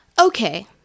Okay